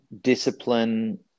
discipline